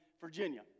Virginia